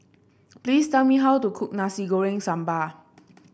please tell me how to cook Nasi Goreng Sambal